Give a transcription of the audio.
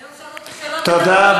היום שאלו אותו יותר, תודה.